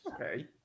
Okay